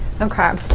Okay